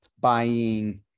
buying